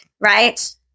right